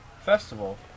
festival